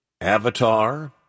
Avatar